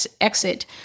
exit